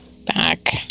back